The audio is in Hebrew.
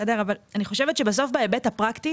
אני חושבת שבסוף בהיבט הפרקטי